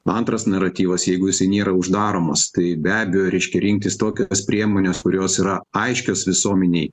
antras naratyvas jeigu jisai nėra uždaromas tai be abejo reiškia rinktis tokias priemones kurios yra aiškios visuomenei